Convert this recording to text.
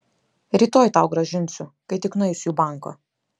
rytoj tau grąžinsiu kai tik nueisiu į banką